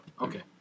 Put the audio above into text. Okay